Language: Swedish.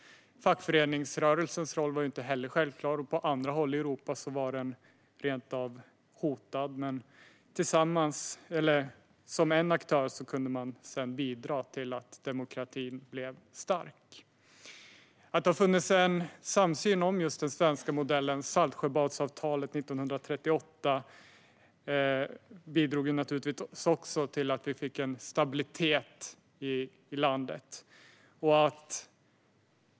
Fackföreningsrörelsens roll var inte heller självklar. På andra håll i Europa var den rent av hotad, men som en aktör kunde den bidra till att demokratin blev stark. Att det har funnits en samsyn kring den svenska modellen - Saltsjöbadsavtalet 1938 - bidrog naturligtvis också till att vi fick en stabilitet i landet.